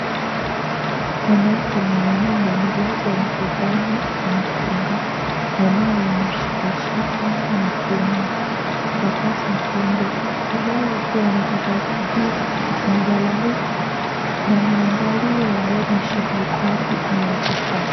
Mwanamke mwenye mimba amelazwa mkekani na mkunga, anayemshikashika na kumpapasa tumbo, ishara ya kuwa anataka kujua mtoto amelala vipi. Anamwangalia aone shida iko wapi ama ako sawa.